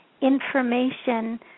information